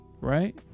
right